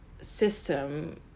system